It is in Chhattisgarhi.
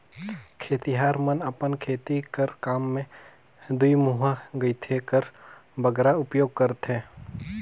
खेतिहर मन अपन खेती कर काम मे दुईमुहा गइती कर बगरा उपियोग करथे